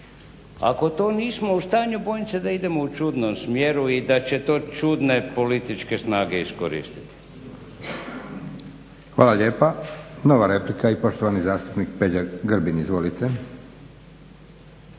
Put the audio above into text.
Ako to nismo u stanju bojim se da idemo u čudnom smjeru i da će to čudne političke snage iskoristiti. **Leko, Josip (SDP)** Hvala lijepa. Nova replika i poštovani zastupnik Peđa Grbin. Izvolite.